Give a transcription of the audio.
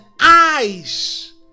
eyes